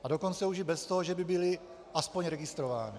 A dokonce už i bez toho, že by byly aspoň registrovány.